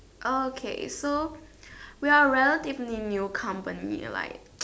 okay so we are relatively new company and like